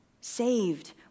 saved